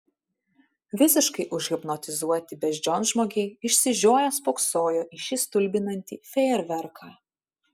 visiškai užhipnotizuoti beždžionžmogiai išsižioję spoksojo į šį stulbinantį fejerverką